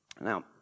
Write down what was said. now